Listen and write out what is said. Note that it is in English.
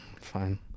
Fine